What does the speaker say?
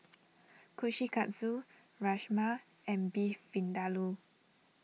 Kushikatsu Rajma and Beef Vindaloo